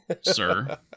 sir